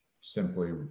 simply